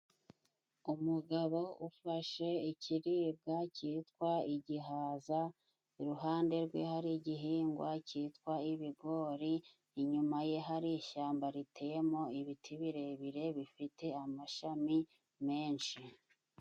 Umugabo ufashe ikiribwa cyitwa igihaza, iruhande rwe hari igihingwa cyitwa ibigori, inyuma ye hari ishyamba riteyemo ibiti birebire bifite amashami menshi.